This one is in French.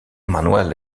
manuel